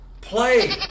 play